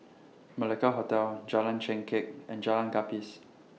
Malacca Hotel Jalan Chengkek and Jalan Gapis